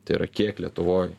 tai yra kiek lietuvoj